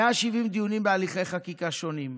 170 דיונים בהליכי חקיקה שונים,